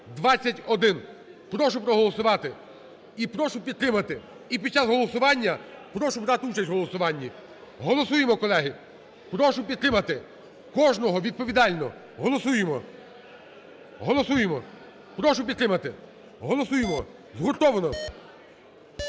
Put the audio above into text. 8120-1. Прошу проголосувати і прошу підтримати. І під час голосування прошу брати участь в голосуванні. Голосуємо, колеги, прошу підтримати кожного відповідально. Голосуємо, голосуємо, прошу підтримати, голосуємо згуртовано.